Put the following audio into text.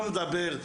לא מדבר,